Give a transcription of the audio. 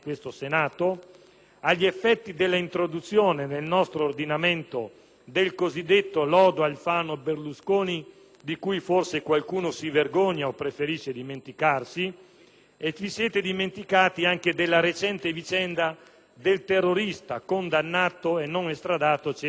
agli effetti dell'introduzione nel nostro ordinamento del cosiddetto lodo Alfano-Berlusconi, di cui forse qualcuno si vergogna o preferisce dimenticarsi; e vi siete dimenticati anche della recente vicenda del terrorista condannato e non estradato Cesare Battisti.